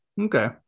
Okay